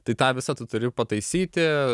tai tą visą tu turi pataisyti